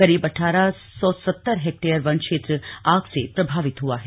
करीब अटठारह सौ सत्तर हेक्टेयर वन क्षेत्र आग से प्रभावित हुआ है